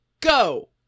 Go